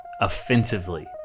offensively